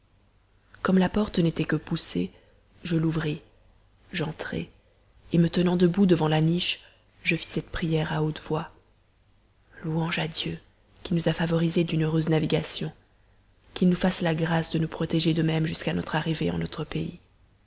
comme la porte n'était que poussée je l'ouvris j'entrai et me tenant debout devant la niche je fis cette prière à haute voix louange à dieu qui nous a favorisées d'une heureuse navigation qu'il nous fasse la grâce de nous protéger de même jusqu'à notre arrivée en notre pays